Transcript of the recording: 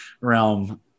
realm